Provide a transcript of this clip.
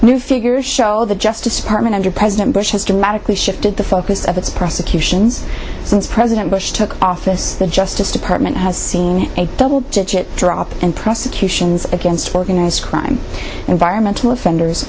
new figures show the justice department under president bush has dramatically shifted the focus of its prosecutions since president bush took office the justice department has seen a double digit drop and prosecutions against organized crime environmental offenders